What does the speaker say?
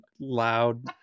loud